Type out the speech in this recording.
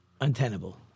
untenable